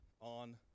on